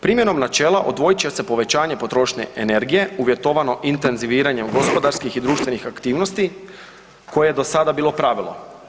Primjenom načela odvojit će se povećanje potrošnje energije uvjetovano intenziviranjem gospodarskih i društvenih aktivnosti koje je do sada bilo pravilo.